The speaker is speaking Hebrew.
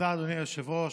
היושב-ראש.